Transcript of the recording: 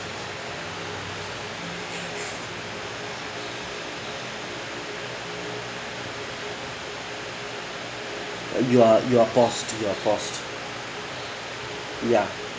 you are you are paused you are paused ya